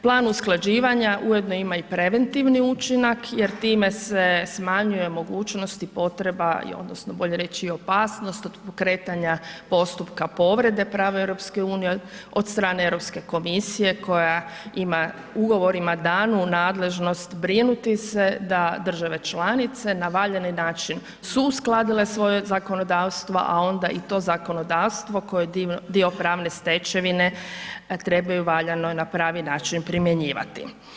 Plan usklađivanja ujedno ima i preventivni učinak jer time se smanjuje mogućnost i potreba odnosno bolje reći opasnost od pokretanja postupka povrede prava EU od strane Europske komisije koja ima ugovorima danu nadležnost brinuti se da države članice na valjani način su uskladile svoja zakonodavstva, a onda i to zakonodavstvo koje je dio pravne stečevine trebaju valjano na pravi način primjenjivati.